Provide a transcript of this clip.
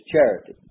charity